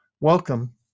Welcome